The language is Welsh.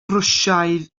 rwsiaidd